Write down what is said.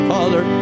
Father